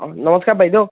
অঁ নমস্কাৰ বাইদেউ